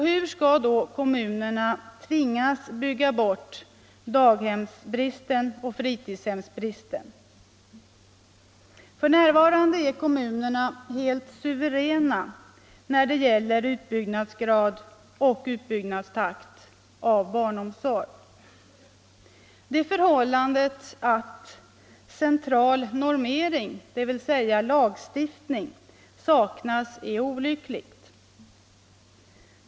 Hur skall då kommunerna tvingas bygga bort daghems och fritidshemsbristen? F. n. är kommunerna helt suveräna när det gäller utbyggnadsgrad och utbyggnadstakt för barnomsorg. Det förhållandet att central normering, dvs. lagstiftning, saknas är olyckligt.